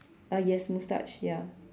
uh yes mustache ya